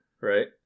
right